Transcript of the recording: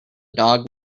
dog